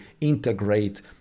integrate